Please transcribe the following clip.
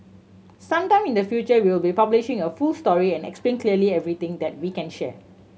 some time in the future we will be publishing a full story and explain clearly everything that we can share